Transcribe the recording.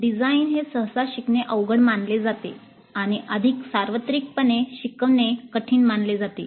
design हे सहसा शिकणे अवघड मानले जाते आणि अधिक सार्वत्रिकपणे शिकवणे कठीण मानले जाते